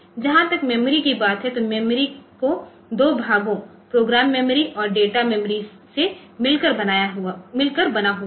जहाँ तक मेमोरी की बात है तो मेमोरी को दो भागों प्रोग्राम मेमोरी और डेटा मेमोरी से मिलकर बना हुआ है